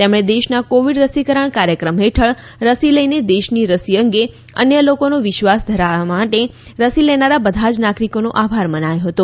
તેમણે દેશના કોવીડ રસીકરણ કાર્યક્રમ હેઠળ રસી લઇને દેશની રસી અંગે અન્ય લોકોનો વિશ્વાસ વધારવા માટે રસી લેનારા બધાજ નાગરીકોનો આભાર માન્યો હતો